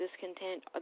discontent